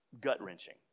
Gut-wrenching